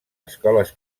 escoles